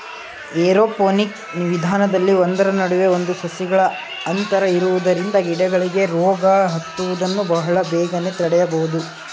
aeroponic ವಿಧಾನದಲ್ಲಿ ಒಂದರ ನಡುವೆ ಒಂದು ಸಸಿಗಳ ಅಂತರ ಇರುವುದರಿಂದ ಗಿಡಗಳಿಗೆ ರೋಗ ಹತ್ತುವುದನ್ನು ಬಹಳ ಬೇಗನೆ ತಡೆಯಬೋದು